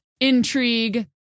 intrigue